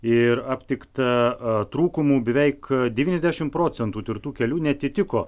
ir aptikta trūkumų beveik devyniasdešimt procentų tirtų kelių neatitiko